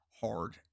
hard